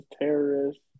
terrorists